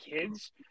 kids